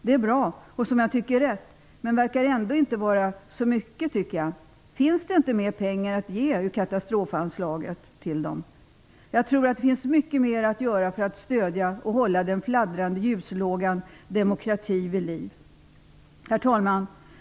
Det är bra och som jag tycker riktigt, men det verkar ändå inte vara så mycket. Finns det inte mer pengar att ge i detta sammanhang ur katastrofanslaget? Jag tror att det finns mycket mer att göra för att stödja och hålla den fladdrande ljuslågan demokrati vid liv. Herr talman!